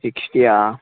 sixty